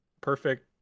perfect